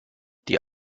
die